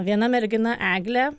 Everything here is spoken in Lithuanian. viena mergina eglė